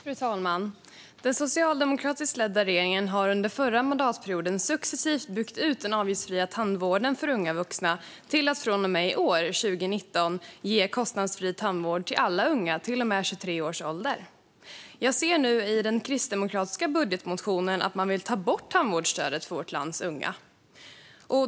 Fru talman! Den socialdemokratiskt ledda regeringen har under förra mandatperioden successivt byggt ut den avgiftsfria tandvården för unga vuxna till att från och med i år, 2019, ge kostnadsfri tandvård till alla unga till och med 23 års ålder. Jag ser nu i den kristdemokratiska budgetmotionen att man vill ta bort tandvårdsstödet för vårt lands unga.